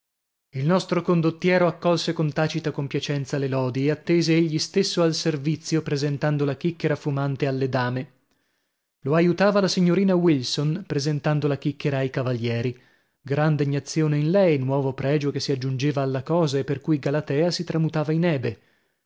il nostro condottiero accolse con tacita compiacenza le lodi e attese egli stesso al servizio presentando la chicchera fumante alle dame lo aiutava la signorina wilson presentando la chicchera ai cavalieri gran degnazione in lei nuovo pregio che si aggiungeva alla cosa e per cui galatea si tramutava in ebe